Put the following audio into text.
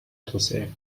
توسعه